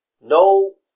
no